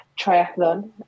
Triathlon